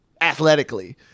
athletically